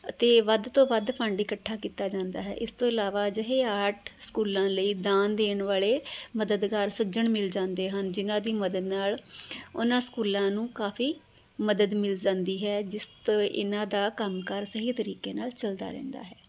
ਅਤੇ ਵੱਧ ਤੋਂ ਵੱਧ ਫੰਡ ਇਕੱਠਾ ਕੀਤਾ ਜਾਂਦਾ ਹੈ ਇਸ ਤੋਂ ਇਲਾਵਾ ਅਜਿਹੇ ਆਰਟ ਸਕੂਲਾਂ ਲਈ ਦਾਨ ਦੇਣ ਵਾਲੇ ਮਦਦਗਾਰ ਸੱਜਣ ਮਿਲ ਜਾਂਦੇ ਹਨ ਜਿਨ੍ਹਾਂ ਦੀ ਮਦਦ ਨਾਲ ਉਹਨਾਂ ਸਕੂਲਾਂ ਨੂੰ ਕਾਫ਼ੀ ਮਦਦ ਮਿਲ ਜਾਂਦੀ ਹੈ ਜਿਸ ਦਾ ਇਹਨਾਂ ਦਾ ਕੰਮਕਾਰ ਸਹੀ ਤਰੀਕੇ ਨਾਲ ਚੱਲਦਾ ਰਹਿੰਦਾ ਹੈ